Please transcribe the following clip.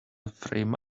frame